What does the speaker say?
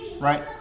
Right